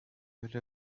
эле